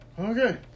Okay